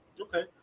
Okay